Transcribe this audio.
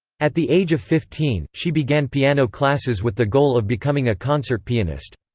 at the age of fifteen, she began piano classes with the goal of becoming a concert pianist.